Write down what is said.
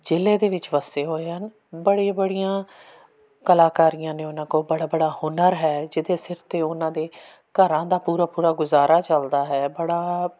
ਜ਼ਿਲ੍ਹੇ ਦੇ ਵਿੱਚ ਵਸੇ ਹੋਏ ਹਨ ਬੜੇ ਬੜੀਆਂ ਕਲਾਕਾਰੀਆਂ ਨੇ ਉਹਨਾਂ ਕੋਲ ਬੜਾ ਬੜਾ ਹੁਨਰ ਹੈ ਜਿਹਦੇ ਸਿਰ 'ਤੇ ਉਹਨਾਂ ਦੇ ਘਰਾਂ ਦਾ ਪੂਰਾ ਪੂਰਾ ਗੁਜ਼ਾਰਾ ਚਲਦਾ ਹੈ ਬੜਾ